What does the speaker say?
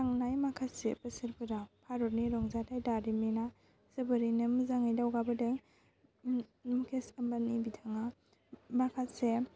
थांनाय माखासे बोसोरफोराव भारतनि रंजाथाइ दारिमिना जोबोरैनो मोजाङै दावगाबोदों मुकेस आम्बानि बिथाङा माखासे